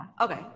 Okay